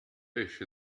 fish